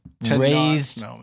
raised